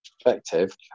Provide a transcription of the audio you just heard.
perspective